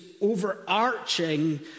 overarching